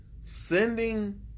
sending